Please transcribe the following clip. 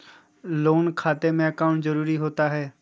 Loan खाते में account जरूरी होता है?